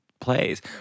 plays